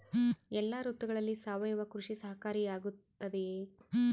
ಎಲ್ಲ ಋತುಗಳಲ್ಲಿ ಸಾವಯವ ಕೃಷಿ ಸಹಕಾರಿಯಾಗಿರುತ್ತದೆಯೇ?